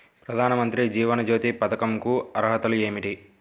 ప్రధాన మంత్రి జీవన జ్యోతి పథకంకు అర్హతలు ఏమిటి?